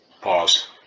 Pause